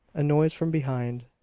a noise from behind,